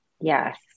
Yes